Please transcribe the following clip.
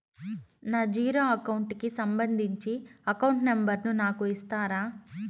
నా zero account కి సంబంధించి అకౌంట్ నెంబర్ ను నాకు ఇస్తారా